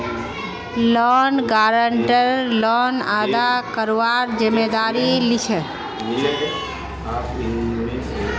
loan guarantor loan अदा करवार जिम्मेदारी लीछे